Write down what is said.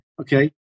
Okay